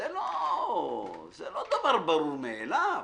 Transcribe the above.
לא דבר ברור מאליו.